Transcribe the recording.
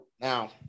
Now